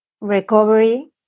recovery